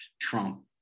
Trump